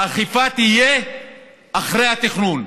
האכיפה תהיה אחרי התכנון.